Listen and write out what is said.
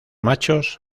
machos